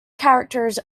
characters